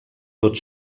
tot